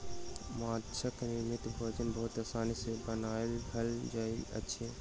माँछक निर्मित भोजन बहुत आसानी सॅ बनायल भ जाइत अछि